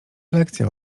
lekcja